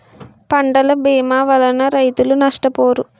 పంటల భీమా వలన రైతులు నష్టపోరు